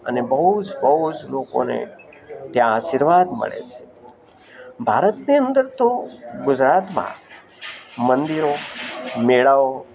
અને બહુ જ બહુ જ લોકોને ત્યાં આશીર્વાદ મળે છે ભારતની અંદર તો ગુજરાતમાં મંદિરો મેળાઓ